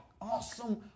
awesome